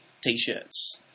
T-shirts